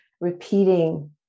repeating